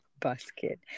basket